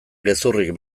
gezurrik